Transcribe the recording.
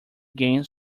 gain